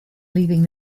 leaving